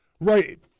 Right